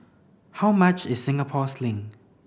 how much is Singapore Sling